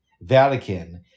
Vatican